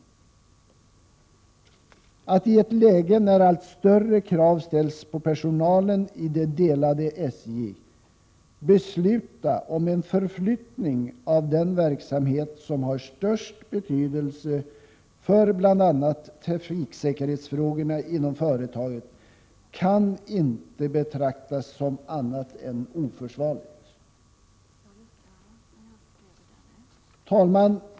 19 maj 1988 Atti ett läge när allt större krav ställs på personalen i det delade SJ besluta om en förflyttning av den verksamhet som har störst betydelse för bl.a. trafiksäkerhetsfrågorna inom företaget kan inte betraktas som annat än oförsvarligt! Herr talman.